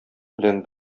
белән